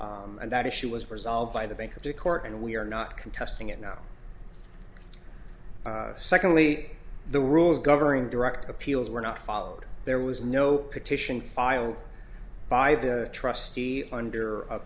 from and that issue was resolved by the bank to court and we are not contesting it now secondly the rules governing direct appeals were not followed there was no petition filed by the trustee under a